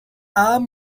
arm